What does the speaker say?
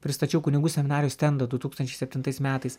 pristačiau kunigų seminarijos stendą du tūkstančiai septintais metais